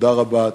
תודה רבה.